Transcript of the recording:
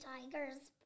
Tiger's